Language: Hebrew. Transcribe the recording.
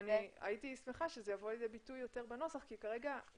הייתי שמחה שזה יבוא לידי ביטוי בנוסח כי כרגע,